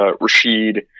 Rashid